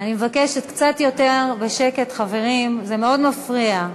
אני מבקשת קצת יותר בשקט, חברים, זה מאוד מפריע.